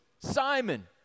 Simon